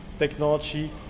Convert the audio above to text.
Technology